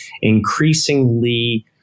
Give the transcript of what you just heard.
Increasingly